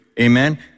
Amen